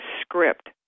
script